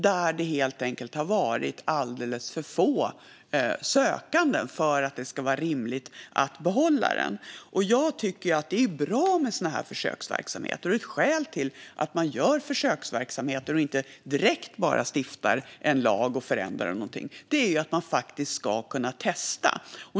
Där har det helt enkelt varit alldeles för få sökande för att det ska vara rimligt att behålla den. Jag tycker att det är bra med sådana här försöksverksamheter. Ett skäl till att man har försöksverksamheter och inte direkt bara stiftar en lag och förändrar någonting är ju att man faktiskt ska kunna testa.